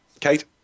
Kate